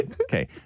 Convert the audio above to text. Okay